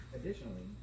Additionally